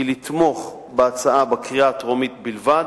היא לתמוך בהצעה בקריאה הטרומית בלבד,